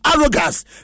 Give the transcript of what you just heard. arrogance